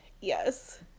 yes